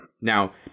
Now